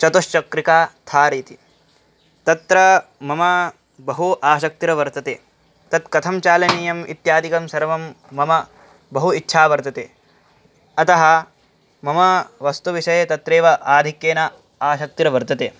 चतुश्चक्रिका थार् इति तत्र मम बहु आसक्तिः वर्तते तत् कथं चालनीयम् इत्यादिकं सर्वं मम बहु इच्छा वर्तते अतः मम वस्तुविषये तत्रैव आधिक्येन आसक्तिः वर्तते